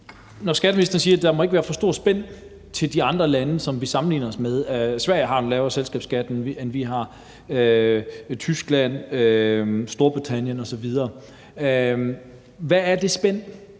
at skatteministeren siger, at der ikke må være for stort spænd mellem os og de andre lande, som vi sammenligner os med. Sverige har en lavere selskabsskat, end vi har. Og så er der Tyskland, Storbritannien osv. Hvad er det spænd?